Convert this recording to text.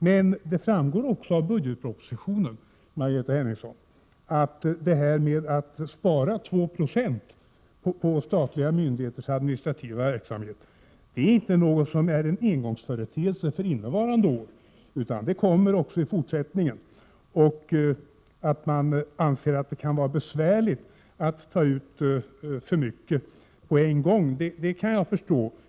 Men det framgår också av budgetpropositionen, Margareta Hemmingsson, att besparingen på 2 20 på statliga myndigheters administrativa verksamhet inte är någon engångsföreteelse för innevarande år. Denna besparing skall göras även i fortsättningen. Att man anser att det kan vara besvärligt att ta ut för mycket på en gång kan jag förstå.